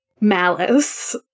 malice